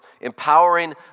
empowering